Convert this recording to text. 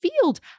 field